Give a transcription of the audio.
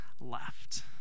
left